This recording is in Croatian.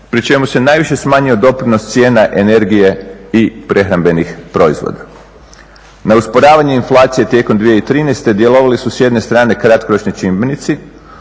pri čemu se najviše smanjio doprinos cijena energije i prehrambenih proizvoda. Na usporavanje inflacije tijekom 2013. djelovali su s jedne strane kratkoročni čimbenici,